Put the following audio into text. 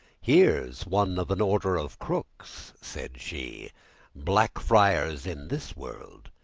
here's one of an order of cooks, said she black friars in this world,